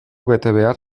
betebehar